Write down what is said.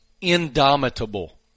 indomitable